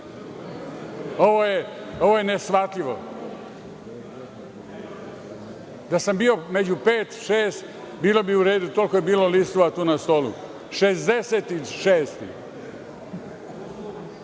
Ovo je neshvatljivo. Da sam bio među pet, šeste, bilo bi u redu. Toliko je bilo listova tu na stolu. **Nebojša